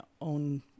own